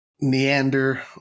Neander